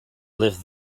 lift